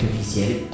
officiel